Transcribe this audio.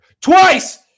twice